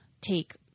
take